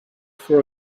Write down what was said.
for